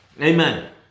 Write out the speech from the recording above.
Amen